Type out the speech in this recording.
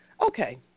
Okay